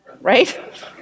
right